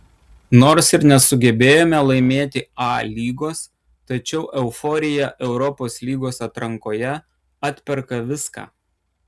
nors ir nesugebėjome laimėti a lygos tačiau euforija europos lygos atrankoje atperka viską